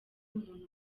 umuntu